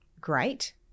Great